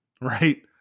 right